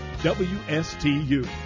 WSTU